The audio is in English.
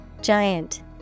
Giant